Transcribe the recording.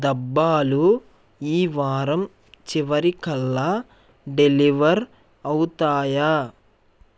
దబ్బాలు ఈ వారం చివరికల్లా డెలివర్ అవుతాయా